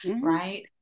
right